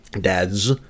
dads